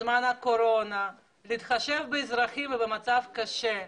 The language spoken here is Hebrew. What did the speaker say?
בזמן הקורונה, להתחשב באזרחים ובמצב הקשה.